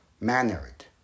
mannered